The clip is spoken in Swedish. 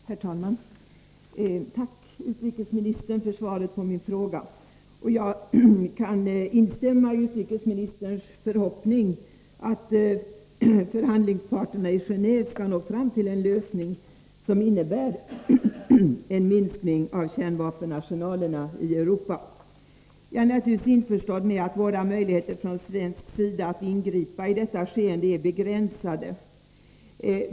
Herr talman! Tack, utrikesministern, för svaret på min fråga. Jag kan instämma i utrikesministerns förhoppning att förhandlingsparterna i Geneve skall nå fram till en lösning som innebär en minskning av kärnvapenarsenalerna i Europa. Jag är naturligtvis införstådd med att våra möjligheter att från svensk sida ingripa i detta skeende är begränsade.